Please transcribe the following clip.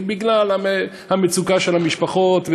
בגלל המצוקה של המשפחות,